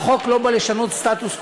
החוק לא בא לשנות סטטוס-קוו,